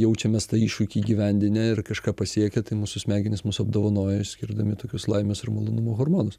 jaučiamės tą iššūkį įgyvendinę ir kažką pasiekę tai mūsų smegenys mus apdovanoja skirdami tokius laimės ir malonumo hormonus